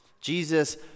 Jesus